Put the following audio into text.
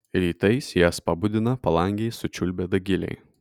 rytais jas pabudina palangėj sučiulbę dagiliai